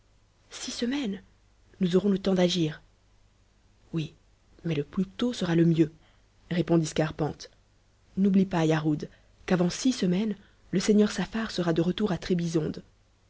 six semaines nous aurons le temps d'agir oui mais le plus tôt sera le mieux répondit scarpante n'oublie pas yarhud qu'avant six semaines le seigneur saffar sera de retour à